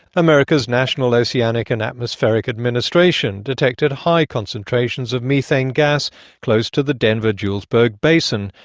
america's national oceanic and atmospheric administration detected high concentrations of methane gas close to the denver-julesberg basin,